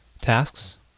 tasks